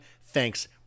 Thanks